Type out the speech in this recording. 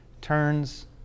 turns